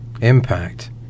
impact